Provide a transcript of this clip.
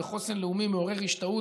בחוסן לאומי מעורר השתאות,